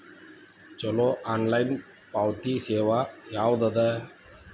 ಛಲೋ ಆನ್ಲೈನ್ ಪಾವತಿ ಸೇವಾ ಯಾವ್ದದ?